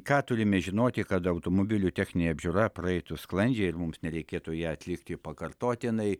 ką turime žinoti kad automobilių techninė apžiūra praeitų sklandžiai ir mums nereikėtų ją atlikti pakartotinai